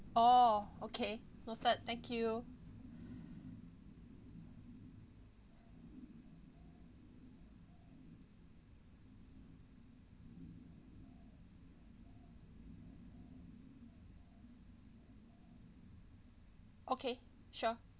orh okay noted thank you okay sure